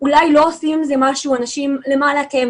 לא עושים עם זה משהו האנשים למעלה כי הם